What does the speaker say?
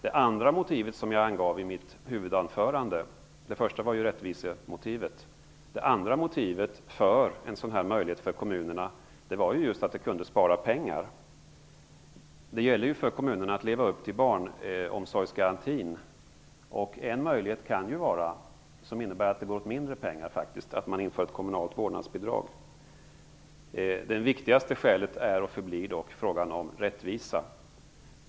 Det första motiv för en sådan här möjlighet för kommunerna som jag angav i mitt huvudanförande var rättviseaspekten, men det andra motivet var just att det kunde spara in pengar. Det gäller ju för kommunerna att leva upp till barnomsorgsgarantin, och en möjlighet som faktiskt innebär att det går åt mindre pengar är att införa ett kommunalt vårdnadsbidrag. Det viktigaste skälet är och förblir dock rättvisefrågan.